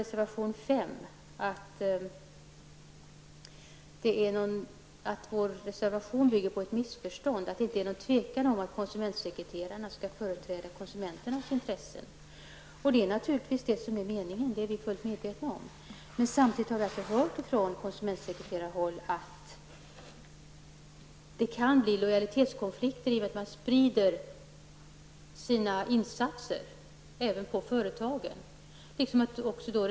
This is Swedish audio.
Kronblad att den bygger på ett missförstånd. Det råder inga tvivel om att konsumentsekreterarna skall företräda konsumenternas intressen. Vi är fullt medvetna om att det är det som är avsikten. Samtidigt har vi från konsumentsekreterarhåll hört att det kan uppstå lojalitetskonflikter i och med att man sprider sina insatser till att omfatta även företagen.